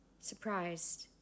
Surprised